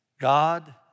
God